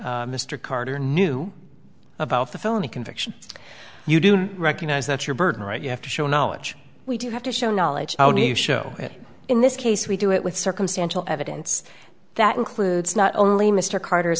this mr carter knew about the felony conviction you do recognize that your burden right you have to show knowledge we do have to show knowledge how do you show it in this case we do it with circumstantial evidence that includes not only mr carter's